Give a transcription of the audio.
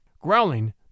Growling